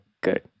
good